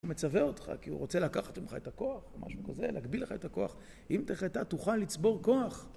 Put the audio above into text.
הוא מצווה אותך כי הוא רוצה לקחת ממך את הכוח, משהו כזה, להגביל לך את הכוח אם תחטא תוכל לצבור כוח